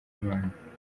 imana